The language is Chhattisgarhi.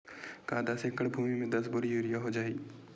का दस एकड़ भुमि में दस बोरी यूरिया हो जाही?